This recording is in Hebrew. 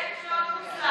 פרויקט מאוד מוצלח